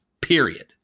Period